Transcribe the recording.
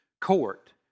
court